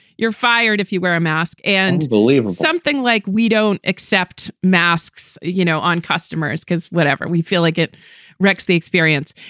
you're fired. if you wear a mask and believe something like we don't accept masks, you know, on customers because whatever, we feel like it wrecks the experience.